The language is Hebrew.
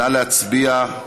נא להצביע.